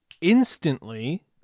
instantly